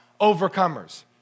overcomers